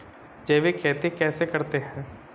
जैविक खेती कैसे करते हैं?